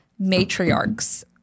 matriarchs